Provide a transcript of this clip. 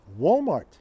Walmart